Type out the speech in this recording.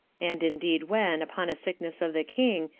and indeed when, upon a sickness of the king,